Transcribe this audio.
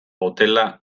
hotela